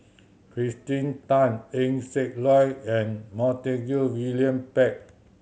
Kirsten Tan Eng Siak Loy and Montague William Pett